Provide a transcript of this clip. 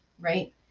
right